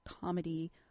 comedy